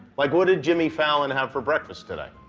like, what did jimmy fallon have for breakfast today?